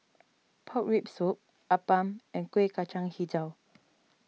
Pork Rib Soup Appam and Kueh Kacang HiJau